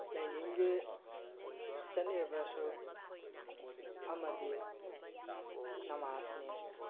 ꯂꯥꯏꯅꯤꯡꯒꯤ ꯆꯠꯅꯔꯤꯕ ꯁꯔꯨꯛ ꯑꯃꯗꯤ ꯅꯃꯥꯁꯅꯤ